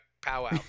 powwow